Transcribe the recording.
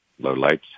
lowlights